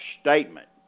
statement